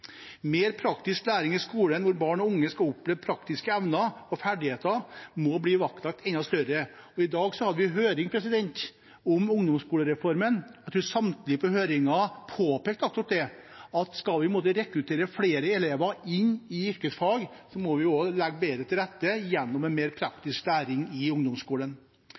Mer praktisk læring i skolen, hvor barn og unge skal oppleve praktiske evner og ferdigheter, må bli vektlagt enda mer. I dag hadde vi høring om ungdomsskolereformen. Jeg tror samtlige på høringen påpekte akkurat det, at skal vi rekruttere flere elever inn i yrkesfag, må vi også legge bedre til rette gjennom mer praktisk læring i ungdomsskolen.